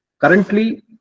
currently